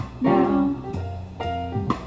now